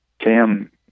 Cam